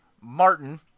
Martin